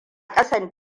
kasan